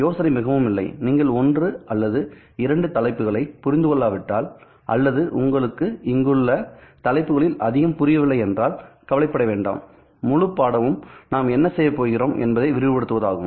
யோசனை மிகவும் இல்லை நீங்கள் ஒன்று அல்லது இரண்டு தலைப்புகளை புரிந்து கொள்ளாவிட்டால் அல்லது உங்களுக்கு இங்குள்ள தலைப்புகளில் அதிகம் புரியவில்லை என்றால் கவலைப்பட வேண்டாம் முழு பாடமும் நாம் என்ன செய்யப் போகிறோம் என்பதை விரிவுபடுத்துவதாகும்